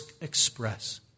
express